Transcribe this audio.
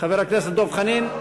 חבר הכנסת דב חנין?